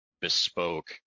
bespoke